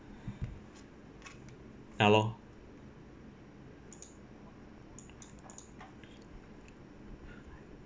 ya lor